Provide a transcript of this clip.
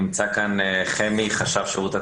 נמצא כאן חמי, חשב שירות התעסוקה.